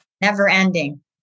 Never-ending